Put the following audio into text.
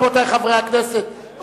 רבותי חברי הכנסת,